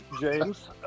james